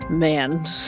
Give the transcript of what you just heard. Man